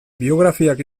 biografiak